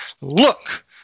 Look